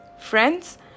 Friends